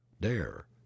dare